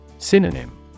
Synonym